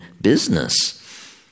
business